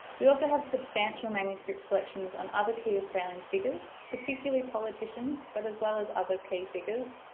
we also have substantial manuscripts collections on other key australian figures particularly politicians but as well as other key figures.